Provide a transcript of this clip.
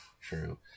True